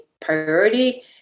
priority